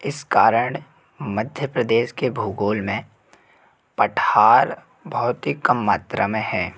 इस कारण मध्य प्रदेश के भूगोल में पठार बहुत ही कम मात्रा में हैं